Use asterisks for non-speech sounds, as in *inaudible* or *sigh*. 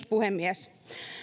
*unintelligible* puhemies